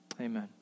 Amen